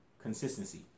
consistency